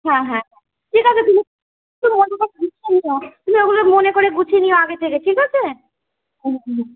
হ্যাঁ হ্যাঁ হ্যাঁ ঠিক আছে তুমি গুছিয়ে নিও তুমি ওইগুলো মনে করে গুছিয়ে নিও আগে থেকে ঠিক আছে হুম হুম